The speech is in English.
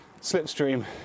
Slipstream